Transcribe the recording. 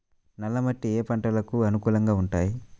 నల్ల మట్టి ఏ ఏ పంటలకు అనుకూలంగా ఉంటాయి?